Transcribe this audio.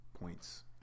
points